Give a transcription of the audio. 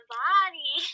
body